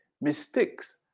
mistakes